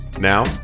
Now